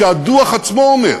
שהדוח עצמו אומר